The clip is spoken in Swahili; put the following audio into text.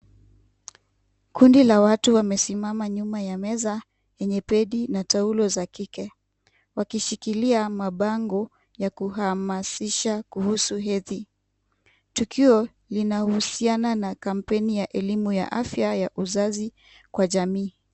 Kundi la watu wamesimama nyuma ya meza yenye pedi na taulo za kike wakishikilia mabango ya kuhamasisha kuhusu hedhi. Tukio linahusiana na kampeni ya elimu ya afya ya uzazi kwa jamii.